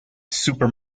super